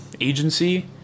agency